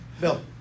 Bill